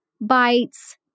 bites